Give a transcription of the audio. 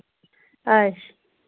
अच्छा